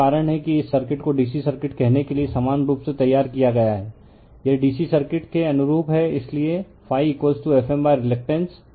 यही कारण है कि इस सर्किट को DC सर्किट कहने के लिए समान रूप से तैयार किया गया है यह DC सर्किट के अनुरूप है इसलिए Fm रीलकटेन्स